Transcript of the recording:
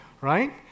right